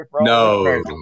No